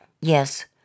Yes